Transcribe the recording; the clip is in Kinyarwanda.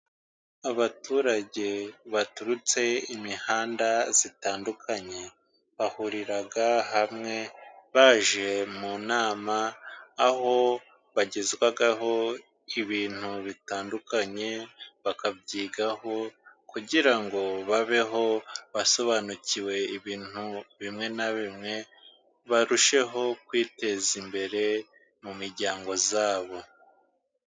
Abaturage baturutse imihanda itandukanye ,bahurira hamwe baje mu nama ,aho bagezwaho ibintu bitandukanye, bakabyigaho kugira ngo babeho basobanukiwe ibintu bimwe na bimwe barusheho kwiteza imbere mu miryango yabo.